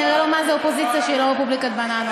אראה לו מה זה אופוזיציה שהיא לא רפובליקת בננות.